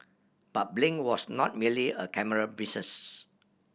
but Blink was not merely a camera business